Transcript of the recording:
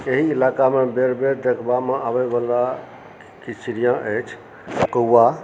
एहि इलाकामे बेरि बेरि देखवामे आबैवला किछु चिड़िआँ अछि कौआ